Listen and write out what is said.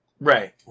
Right